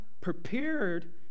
prepared